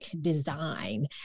design